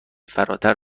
فراگیرتر